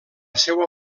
seua